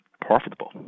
profitable